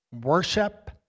worship